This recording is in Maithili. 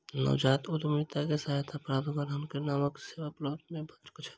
नवजात उद्यमिता के सहायता सॅ ग्राहक के नबका सेवा उपलब्ध भ सकै छै